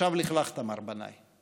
עכשיו לכלכת, מר בנאי.